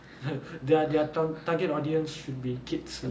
they they're target audience should be kids